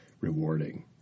rewarding